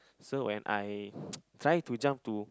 so when I try to jump to